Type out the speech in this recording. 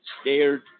scared